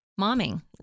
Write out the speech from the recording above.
momming